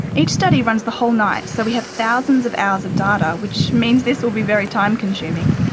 each study runs the whole night, so we have thousands of hours of data, which means this will be very time consuming.